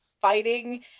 fighting